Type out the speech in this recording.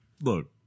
look